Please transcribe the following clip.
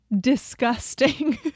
disgusting